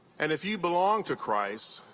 and if you belong to christ,